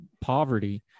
poverty